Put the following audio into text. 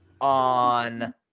on